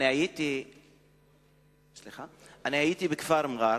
אני הייתי בכפר מע'אר